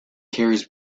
carries